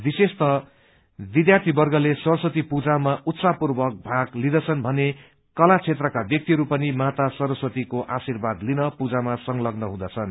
विशेषतः विध्यार्थीवर्गले सरस्वती पूजामा उत्साहपूर्वक भाग लिन्छन् भने कला क्षेत्रका ब्यक्तिहरू पनि माता सरस्वतीको आशीर्वाद लिन पूजामा संलग्न हुन्छन्